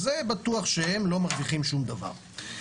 אז בטוח שהם לא מרוויחים שום דבר.